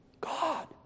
God